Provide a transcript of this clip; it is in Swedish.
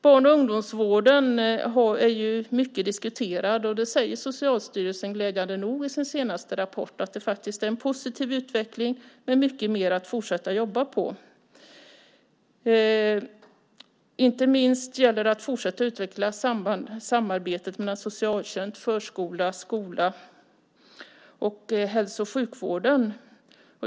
Barn och ungdomsvården är mycket diskuterad, och Socialstyrelsen säger glädjande nog i sin senaste rapport att det är en positiv utveckling med mycket mer att fortsätta att jobba på. Inte minst gäller det att fortsätta att utveckla samarbetet mellan socialtjänst, förskola, skola och hälso och sjukvården.